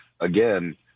again